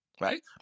right